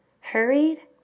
hurried